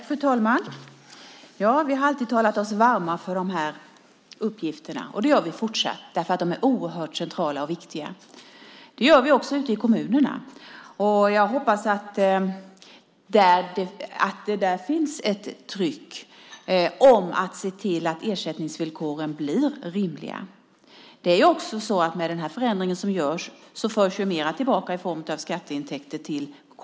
Fru talman! Ja, vi har alltid talat oss varma för de här uppgifterna. Det gör vi fortsatt, eftersom de är oerhört centrala och viktiga. Det gör vi också ute i kommunerna. Jag hoppas att det där finns ett tryck att se till att ersättningsvillkoren blir rimliga. Med den förändring som görs förs ju mer tillbaka till kommunerna i form av skatteintäkter.